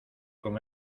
con